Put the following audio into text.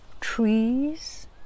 trees